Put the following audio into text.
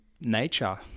nature